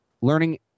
learning